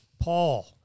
Paul